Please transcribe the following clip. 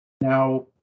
Now